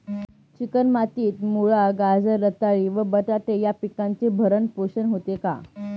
Chicken मातीत मुळा, गाजर, रताळी व बटाटे या पिकांचे भरण पोषण होते का?